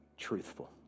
truthful